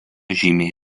žymiai